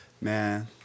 man